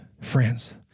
friends